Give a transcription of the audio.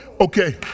Okay